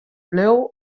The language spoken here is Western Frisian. bleau